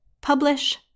Publish